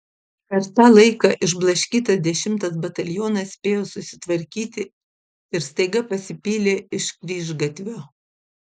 per tą laiką išblaškytas dešimtas batalionas spėjo susitvarkyti ir staiga pasipylė iš kryžgatvio